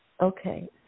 Okay